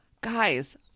guys